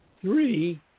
three